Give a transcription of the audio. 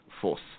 force